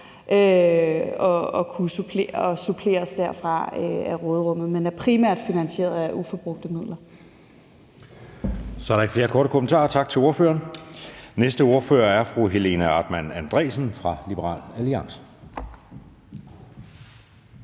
Det suppleres derfra af råderummet, men er primært finansieret af uforbrugte midler. Kl. 09:33 Den fg. formand (Jeppe Søe): Så er der ikke flere korte bemærkninger. Tak til ordføreren. Den næste ordfører er fru Helena Artmann Andresen fra Liberal Alliance.